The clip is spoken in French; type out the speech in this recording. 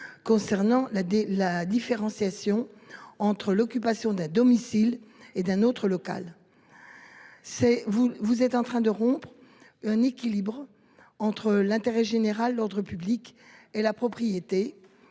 Concernant la la différenciation entre l'occupation d'un domicile et d'un autre local. C'est vous, vous êtes en train de rompre un équilibre entre l'intérêt général, l'ordre public et la propriété